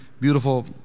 beautiful